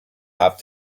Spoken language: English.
have